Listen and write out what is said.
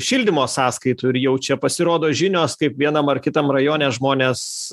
šildymo sąskaitų ir jau čia pasirodo žinios kaip vienam ar kitam rajone žmonės